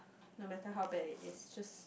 no matter how bad it is just